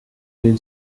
been